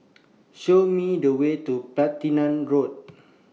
Show Me The Way to Platina Road